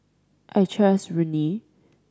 I trust Rene